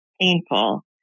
painful